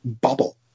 bubble